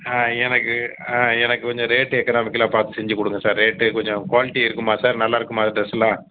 எனக்கு எனக்கு கொஞ்சம் ரேட்டு எக்கனாமிக்கலாக பார்த்து செஞ்சு கொடுங்க சார் ரேட்டு கொஞ்சம் குவாலிட்டிக இருக்குமா சார் நல்லாயிருக்குமா டிரெஸ்ஸுலாம்